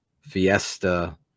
fiesta